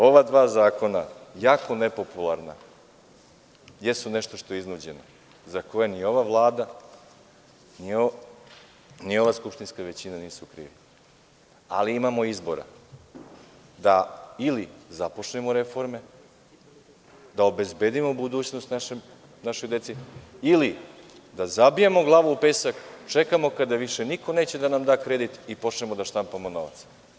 Ova dva zakona, jako nepopularna, jesu nešto što je iznuđeno, za koje ni ova Vlada, ni ova skupštinska većina nisu krivi, ali imamo izbora, ili da započnemo reforme, da obezbedimo budućnost našoj deci ili da zabijemo glavu u pesak, čekamo, kada više niko neće da nam da kredit i počnemo da štampamo novac.